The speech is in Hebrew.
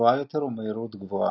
ומהירות גבוהה.